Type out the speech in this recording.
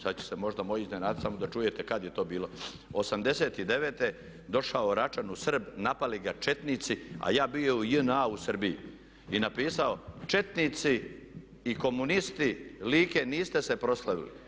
Sad će se možda moji iznenaditi samo da čujete kad je to bilo. '89. došao Račan u Srb, napali ga četnici, a ja bio u JNA u Srbiji i napisao četnici i komunisti Like niste se proslavili.